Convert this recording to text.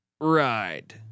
ride